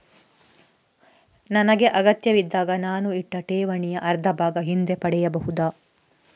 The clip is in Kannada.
ನನಗೆ ಅಗತ್ಯವಿದ್ದಾಗ ನಾನು ಇಟ್ಟ ಠೇವಣಿಯ ಅರ್ಧಭಾಗ ಹಿಂದೆ ಪಡೆಯಬಹುದಾ?